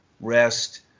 rest